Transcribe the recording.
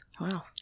Wow